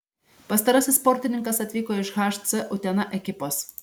pastarasis sportininkas atvyko iš hc utena ekipos